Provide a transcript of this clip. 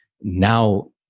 Now